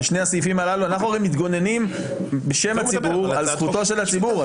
בשני הסעיפים הללו אנחנו הרי מתגוננים בשם הציבור על זכותו של הציבור.